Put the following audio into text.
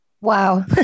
Wow